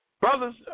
brothers